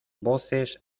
voces